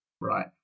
right